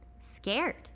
scared